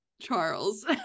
Charles